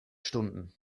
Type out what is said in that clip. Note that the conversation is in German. stunden